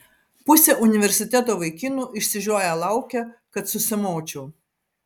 pusė universiteto vaikinų išsižioję laukia kad susimaučiau